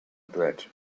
bread